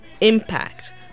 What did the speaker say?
impact